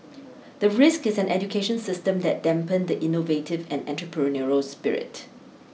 the risk is an education system that dampen the innovative and entrepreneurial spirit